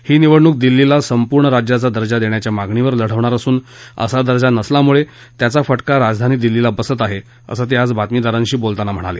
ही निवडणुक दिल्लीला संपूर्ण राज्याचा दर्जा देण्याच्या मागणीवर लढवणार असून असा दर्जा नसल्यामुळे त्याचा फाक्रा राजधानी दिल्लीला बसत आहे असं ते आज बातमीदारांशी बोलताना म्हणाले